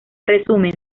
resumen